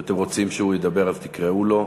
אם אתם רוצים שהוא ידבר, תקראו לו.